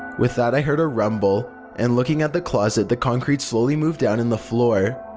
with that i heard a rumble and looking at the closet the concrete slowly moved down in the floor.